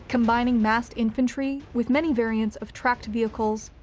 combining massed infantry with many variants of tracked vehicles,